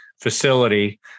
facility